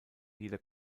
jeder